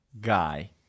guy